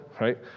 right